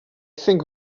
think